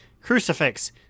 Crucifix